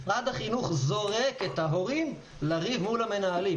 משרד החינוך זורק את ההורים לריב מול המנהלים,